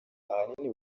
ahanini